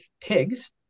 pigs